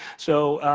so,